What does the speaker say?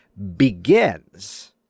begins